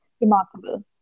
remarkable